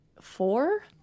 four